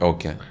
Okay